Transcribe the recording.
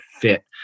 fit